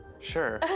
sure.